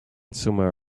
somewhere